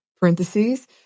parentheses